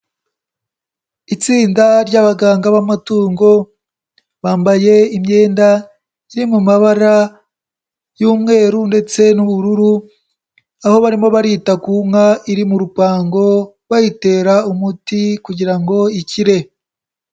Itsinda ry'abaganga b'amatungo bambaye imyenda iri mu mabara y'umweru ndetse n'ubururu aho barimo barita ku nka iri mu rupango bayitera umuti kugira ngo ikire.